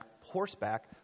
horseback